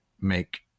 make